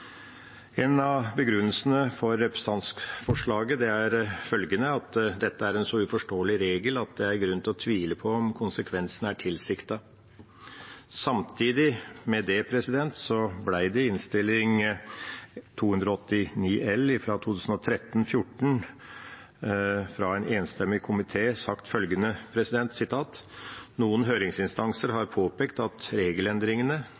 En av begrunnelsene for representantforslaget er følgende: Dette er en så uforståelig regel at det er grunn til å tvile på om konsekvensene er tilsiktet. Samtidig ble det i Innst. 289 L for 2013–2014 fra en enstemmig komité sagt følgende: «Noen høringsinstanser har påpekt at regelendringene,